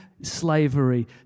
slavery